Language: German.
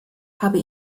habe